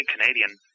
canadian